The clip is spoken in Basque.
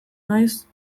naiz